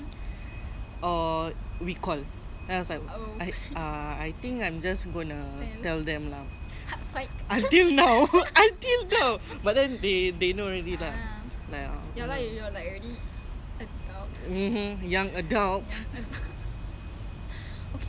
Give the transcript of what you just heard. or we call then I was like I err I think I'm just gonna tell them lah until now until now but then they know already mmhmm young adult